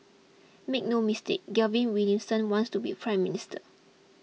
make no mistake Gavin Williamson wants to be Prime Minister